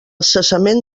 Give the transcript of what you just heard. cessament